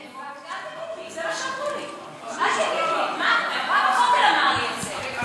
בבקשה, גברתי.